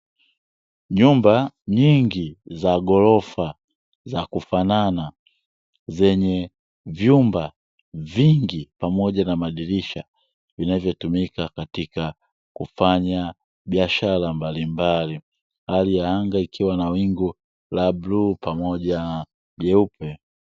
Nyumba nyingi za ghorofa za kufanana, zenye vyumba vingi pamoja na madirisha vinavyotumika katika kufanya biashara mbalimbali. Hali ya anga ikiwa na wingu la bluu pamoja na jeupe.